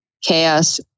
chaos